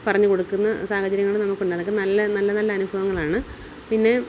പറഞ്ഞുകൊടുക്കുന്ന സാഹചര്യങ്ങൾ നമുക്കുണ്ട് അതൊക്കെ നല്ല നല്ല നല്ല അനുഭവങ്ങളാണ് പിന്നെ